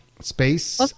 space